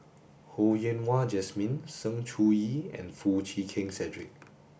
Ho Yen Wah Jesmine Sng Choon Yee and Foo Chee Keng Cedric